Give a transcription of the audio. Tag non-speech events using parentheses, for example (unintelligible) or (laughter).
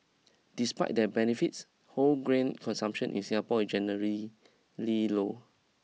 despite their benefits whole grain consumption in Singapore is generally (unintelligible) low